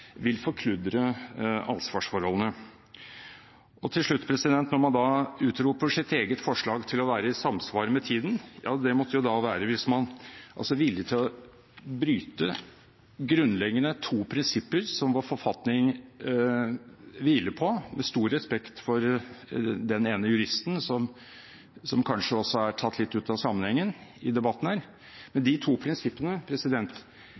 vil forkludre ansvarsforholdene. Til slutt, når man utroper sitt eget forslag til å være i samsvar med tiden: Ja det måtte være hvis man er villig til å bryte to grunnleggende prinsipper som vår forfatning hviler på, med stor respekt for den ene juristen, som kanskje er tatt litt ut av sin sammenheng i denne debatten. De to prinsippene